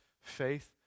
faith